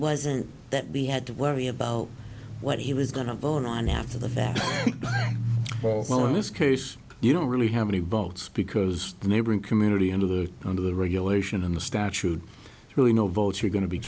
wasn't that we had to worry about what he was going to vote on after the fact well in this case you don't really have any votes because the neighboring community and of the under the regulation in the statute really no votes are going to be